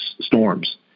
storms